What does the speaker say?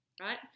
right